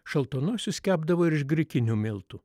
šaltanosius kepdavo ir iš grikinių miltų